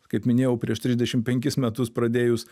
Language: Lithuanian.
kaip minėjau prieš trisdešimt penkis metus pradėjus